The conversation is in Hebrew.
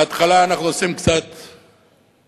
בהתחלה אנחנו עושים קצת מיקור-חוץ,